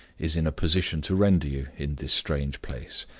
is in a position to render you in this strange place.